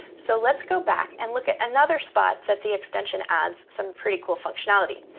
so let's go back and look at another spot that the extension adds some pretty cool functionality.